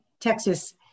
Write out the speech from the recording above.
Texas